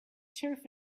turf